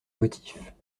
motifs